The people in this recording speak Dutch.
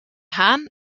haan